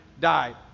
died